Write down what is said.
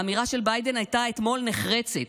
האמירה של ביידן אתמול הייתה נחרצת,